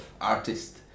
artist